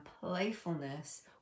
playfulness